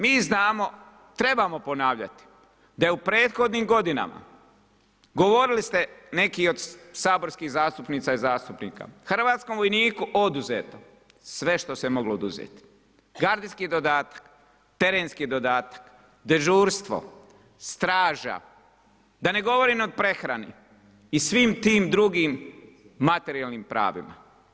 Mi znamo, trebamo ponavljati da je u prethodnim godinama govorili ste neki od saborskih zastupnica i zastupnika hrvatskom vojniku oduzeto sve što se moglo oduzeti gardijski dodatak, terenski dodatak, dežurstvo, straža, da ne govorim o prehrani i svim tim drugim materijalnim pravima.